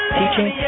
teaching